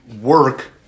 work